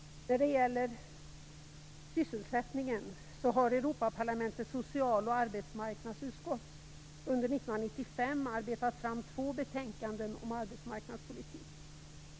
Sedan gäller det sysselsättningen. Europaparlamentets social och arbetsmarknadsutskott har under 1995 arbetat fram två betänkanden om arbetsmarknadspolitiken.